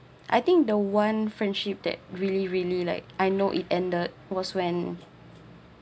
I think the one friendship that really really like I know it ended was when